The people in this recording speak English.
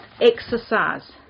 Exercise